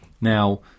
Now